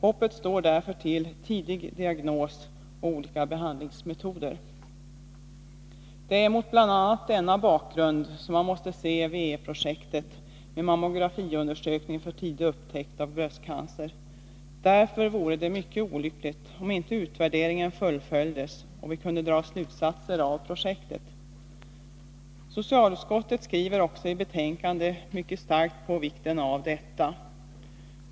Hoppet står därför till tidig diagnos och olika behandlingsmetoder. Det är mot bl.a. denna bakgrund som man måste se W-E-projektet med mammografiundersökning för tidig upptäckt av bröstcancer. Därför vore det mycket olyckligt om inte utvärderingen fullföljdes så att vi kunde dra slutsatser av projektet. Socialutskottet framhåller också i betänkandet mycket starkt vikten av detta.